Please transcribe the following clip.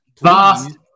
vast